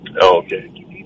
Okay